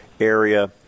area